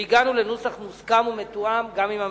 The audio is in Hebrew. והגענו לנוסח מוסכם ומתואם גם עם הממשלה.